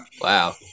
wow